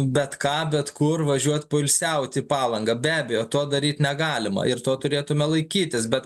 bet ką bet kur važiuot poilsiaut į palangą be abejo to daryt negalima ir to turėtume laikytis bet